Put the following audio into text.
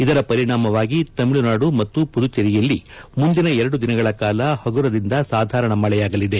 ಇದರ ಪರಿಣಾಮವಾಗಿ ತಮಿಳುನಾಡು ಮತ್ತು ಪುದುಚೆರಿಯಲ್ಲಿ ಮುಂದಿನ ಎರಡು ದಿನಗಳ ಕಾಲ ಹಗುರದಿಂದ ಸಾಧಾರಣ ಮಳೆಯಾಗಲಿದೆ